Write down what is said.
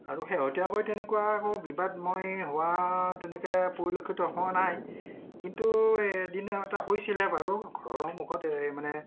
আৰু শেহতীয়াকৈ তেনেকুৱা একো বিবাদ মই হোৱা তেনেকে পৰিলক্ষিত হোৱা নাই কিন্তু এদিন এটা হৈছিলে বাৰু ঘৰৰ সন্মুখতে এই মানে